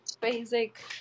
basic